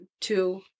two